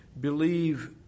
believe